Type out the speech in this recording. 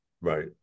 Right